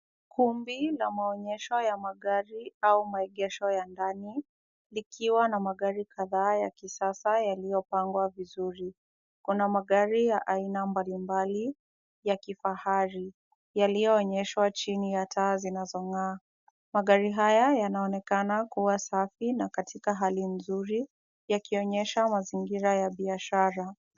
Kumbi la maonyesho ya magari au maegesho ya ndani, likiwa na magari kadhaa ya kisasa yaliyopangwa vizuri. Kuna magari ya aina mbalimbali ya kifahari, yaliyo onyeshwa chini ya taa ziinazong'aa. Magari haya yanaonekana kuwa safi na katika hali mzuri, yakionyesha mazingira ya biashara.